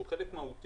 שהוא חלק מהותי,